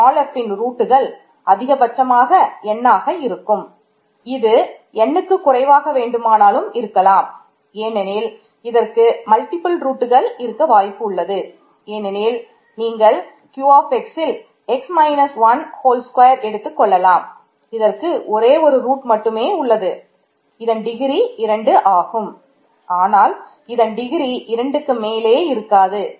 Fக்கு n ரூட்டுகள் 2க்கு மேலே இருக்காது